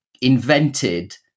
invented